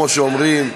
כמו שאומרים,